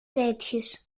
τέτοιους